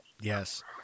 yes